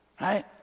right